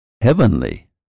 heavenly